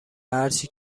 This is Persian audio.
هرچی